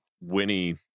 Winnie